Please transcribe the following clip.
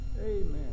Amen